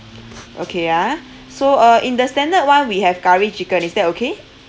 okay ah so uh in the standard [one] we have curry chicken is that okay